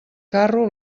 carro